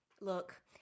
look